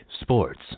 sports